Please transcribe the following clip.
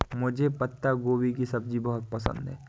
मुझे पत्ता गोभी की सब्जी बहुत पसंद है